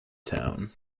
town